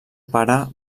pare